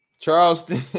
Charleston